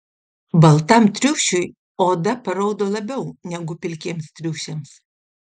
baltam triušiui oda paraudo labiau negu pilkiems triušiams